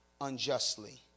Unjustly